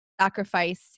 sacrifice